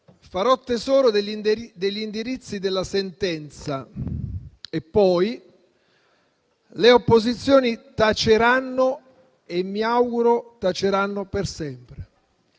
«farò tesoro degli indirizzi della sentenza» e poi «le opposizioni taceranno e mi auguro taceranno per sempre».